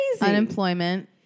unemployment